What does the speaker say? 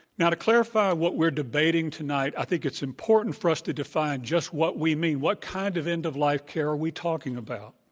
clarify what we're debating tonight, i think it's important for us to define just what we mean. what kind of end-of-life care are we talking about?